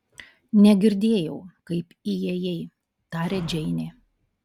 negirdėjau kaip įėjai tarė džeinė